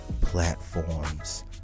Platforms